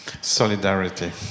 Solidarity